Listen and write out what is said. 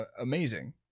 amazing